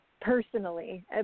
Personally